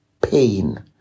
pain